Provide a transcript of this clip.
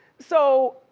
so.